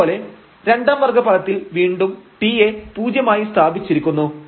അതുപോലെ രണ്ടാം വർഗ്ഗ പദത്തിൽ വീണ്ടും t യെ പൂജ്യമായി സ്ഥാപിച്ചിരിക്കുന്നു